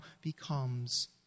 becomes